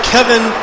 Kevin